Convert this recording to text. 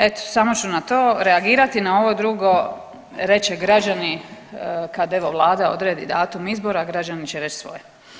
Eto samo ću na to reagirati, na ovo drugo reć će građani, kad evo vlada odredi datum izbora građani će reć svoje.